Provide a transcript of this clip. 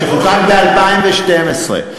כשחוקק ב-2012,